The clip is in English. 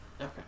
Okay